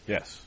Yes